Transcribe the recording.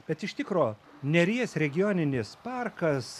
bet iš tikro neries regioninis parkas